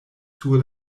sur